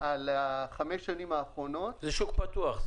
על חמש השנים האחרונות --- זה שוק פתוח,